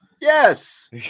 Yes